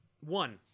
one